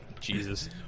Jesus